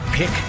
Pick